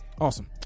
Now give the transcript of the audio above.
Awesome